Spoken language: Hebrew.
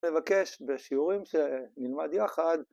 ‫לבקש בשיעורים ‫שנלמד יחד.